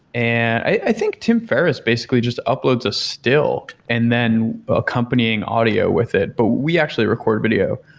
and i think tim ferriss basically just uploads a still and then accompanying audio with it, but we actually record video,